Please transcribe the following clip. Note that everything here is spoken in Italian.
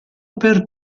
per